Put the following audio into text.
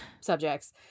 subjects